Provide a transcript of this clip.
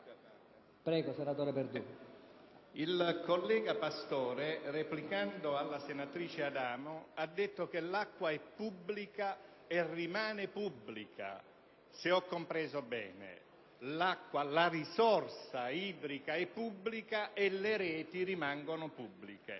Il collega Pastore, replicando alla senatrice Adamo, ha detto che l'acqua è pubblica e rimane pubblica, se ho compreso bene. Dunque, la risorsa idrica è pubblica e le reti rimangono pubbliche.